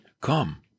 come